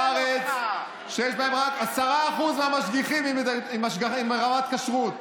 יש ערים בארץ שיש בהן רק 10% מהמשגיחים עם רמת כשרות,